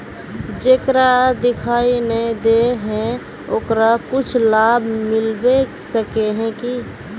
जेकरा दिखाय नय दे है ओकरा कुछ लाभ मिलबे सके है की?